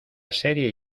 serie